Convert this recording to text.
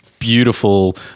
beautiful